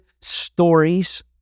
stories